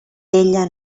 ella